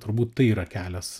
turbūt tai yra kelias